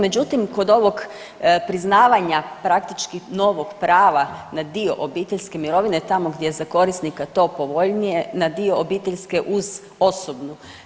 Međutim kod ovog priznavanja praktički novog prava na dio obiteljske mirovine tamo gdje je za korisnika to povoljnije na dio obiteljske uz osobnu.